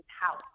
house